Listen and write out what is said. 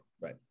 right